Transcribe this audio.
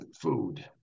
food